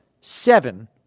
Seven